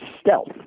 stealth